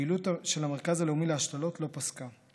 הפעילות של המרכז הלאומי להשתלות לא פסקה.